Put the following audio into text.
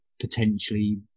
potentially